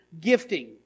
gifting